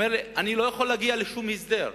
אומר לי: אני לא יכול להגיע לשום הסדר,